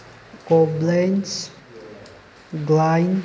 Koblenz ꯒ꯭ꯂꯥꯏꯟ